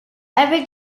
every